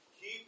Keep